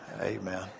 Amen